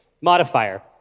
modifier